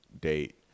date